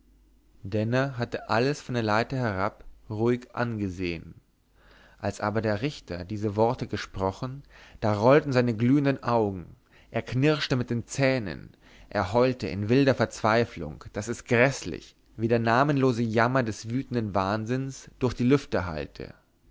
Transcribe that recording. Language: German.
denner hatte alles von der leiter herab ruhig angesehen als aber der richter diese worte gesprochen da rollten seine glühenden augen er knirschte mit den zähnen er heulte in wilder verzweiflung daß es gräßlich wie der namenlose jammer des wütenden wahnsinns durch die lüfte hallte